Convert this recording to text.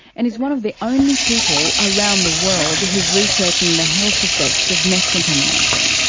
and is one of the only people around the world who's researching the health effects of meth contamination.